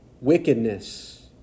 wickedness